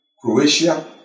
Croatia